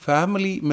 Family